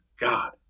God